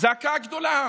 זעקה גדולה,